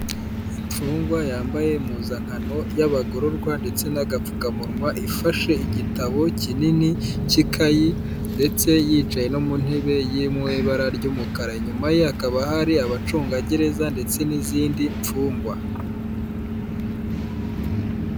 Imfungwa yambaye impuzankano y'abagororwa ndetse n'agapfukamunwa, ifashe igitabo kinini cy'ikayi ndetse yicaye no mu ntebe iri mu ibara ry'umukara, inyuma ye hakaba hari abacungagereza ndetse n'izindi mfungwa.